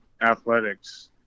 athletics